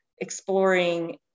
exploring